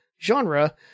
genre